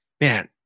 man